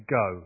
go